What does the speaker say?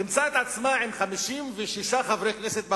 תמצא את עצמה עם 56 חברי כנסת בקואליציה,